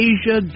Asia